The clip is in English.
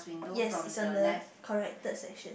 yes it's on the correct third section